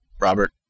Robert